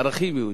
ערכים יהודיים,